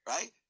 Right